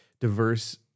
diverse